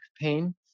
pain